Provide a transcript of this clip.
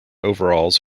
overalls